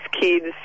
kids